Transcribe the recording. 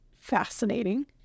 fascinating